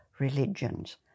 religions